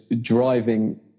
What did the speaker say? driving